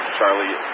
Charlie